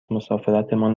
مسافرتمان